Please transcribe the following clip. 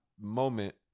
moment